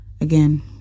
Again